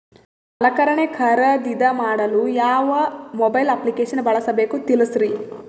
ಸಲಕರಣೆ ಖರದಿದ ಮಾಡಲು ಯಾವ ಮೊಬೈಲ್ ಅಪ್ಲಿಕೇಶನ್ ಬಳಸಬೇಕ ತಿಲ್ಸರಿ?